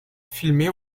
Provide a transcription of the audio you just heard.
filmé